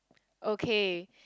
okay